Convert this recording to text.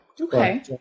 Okay